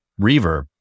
Reverb